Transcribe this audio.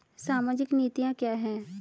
सामाजिक नीतियाँ क्या हैं?